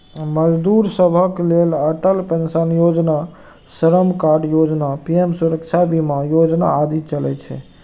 मजदूर सभक लेल अटल पेंशन योजना, श्रम कार्ड योजना, पीएम सुरक्षा बीमा योजना आदि चलै छै